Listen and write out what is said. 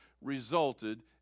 resulted